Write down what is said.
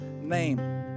name